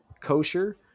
kosher